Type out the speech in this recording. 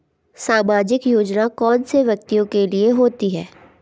सामाजिक योजना कौन से व्यक्तियों के लिए होती है?